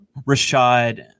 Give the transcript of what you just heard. Rashad